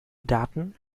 daten